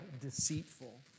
deceitful